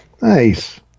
Nice